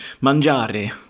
mangiare